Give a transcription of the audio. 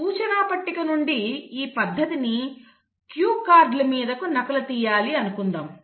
ఇప్పుడు సూచనా పట్టిక నుండి ఈ పద్ధతిని క్యూ కార్డుల మీదకు నకలు తీయాలి అనుకుందాం